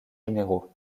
généraux